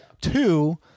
Two